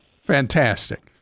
Fantastic